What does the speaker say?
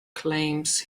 claims